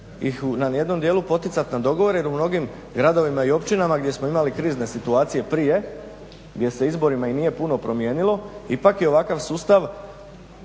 ih na jednom dijelu poticati na dogovore jer u mnogim gradovima i općinama gdje smo imali krizne situacije prije gdje se izborima i nije puno promijenilo ipak je ovakav sustav